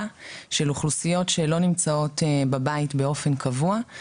של אוכלוסיות שלא נמצאות בבית באופן קבוע,